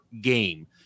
game